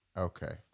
Okay